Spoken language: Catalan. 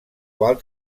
qual